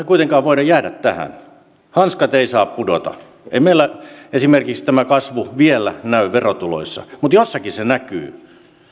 kuitenkaan voida jäädä tähän hanskat eivät saa pudota ei meillä esimerkiksi tämä kasvu vielä näy verotuloissa mutta jossakin se näkyy